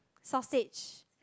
sausage